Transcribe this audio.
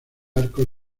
arcos